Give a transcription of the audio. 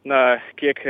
na kiek